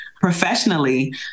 Professionally